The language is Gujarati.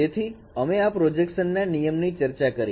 તેથી અમે આ પ્રોજેક્શન ના નિયમની ચર્ચા કરી